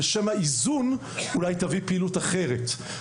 בשם האיזון אולי תביא פעילות אחרת,